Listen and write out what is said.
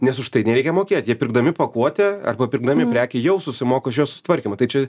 nes už tai nereikia mokėt jie pirkdami pakuotę arba pirkdami prekę jau susimoka už jos sutvarkymą tai čia